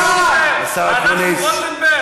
אתה קראת מה שאנשים כותבים?